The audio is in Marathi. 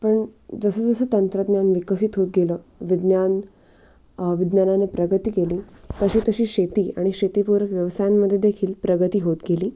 पण जसंजसं तंत्रज्ञान विकसित होत गेलं विज्ञान विज्ञानाने प्रगती केली तशीतशी शेती आणि शेतीपूरक व्यवसायांमध्येदेखील प्रगती होत गेली